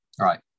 right